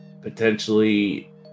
potentially